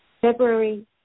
February